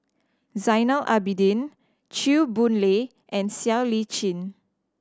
Zainal Abidin Chew Boon Lay and Siow Lee Chin